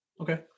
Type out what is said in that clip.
Okay